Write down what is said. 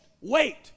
Wait